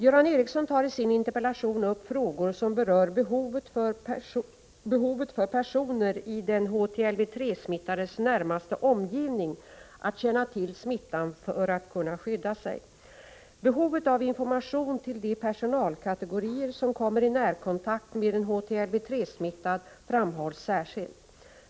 Göran Ericsson tar i sin interpellation upp frågor som berör behovet för personer i den HTLV-III-smittades närmaste omgivning att känna till smittan för att kunna skydda sig. Behovet av information till de personalkategorier som kommer i närkontakt med en HTLV-III-smittad framhålls särskilt.